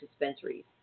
dispensaries